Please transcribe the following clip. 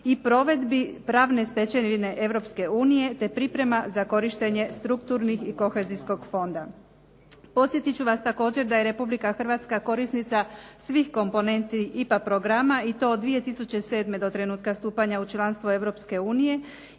i provedbi pravne stečevine Europske unije, te priprema za korištenje strukturnih i kohezijskog fonda. Podsjetit ću vas također da je Republika Hrvatska korisnica svih komponenti IPA programa i to od 2007. do trenutka stupanja u članstvo